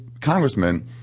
congressmen